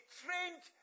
trained